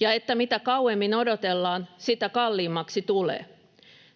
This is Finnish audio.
ja että mitä kauemmin odotellaan, sitä kalliimmaksi tulee.